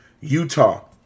Utah